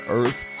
earth